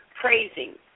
praising